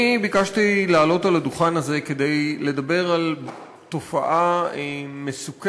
אני ביקשתי לעלות על הדוכן הזה כדי לדבר על תופעה מסוכנת,